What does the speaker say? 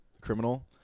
criminal